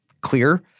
clear